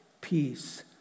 peace